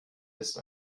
ist